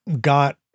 got